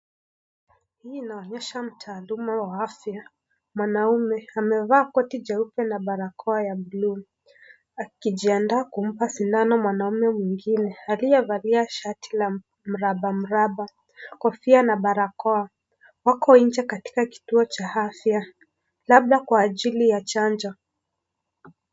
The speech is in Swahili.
Hii inaonyesha mtaaduma wa afya mwanaume. Amevaa koti jeupe na barakoa ya bluu akijiandaa kumpa sindano mwanaume mwingine aliyevalia shati la mrabamraba, kofia na barakoa. Wako nje katika kituo cha afya, labda kwa ajili ya Chanjo.